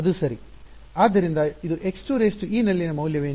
ಆದ್ದರಿಂದ ಇದು x2e ನಲ್ಲಿನ ಮೌಲ್ಯವೇನು